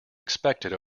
expected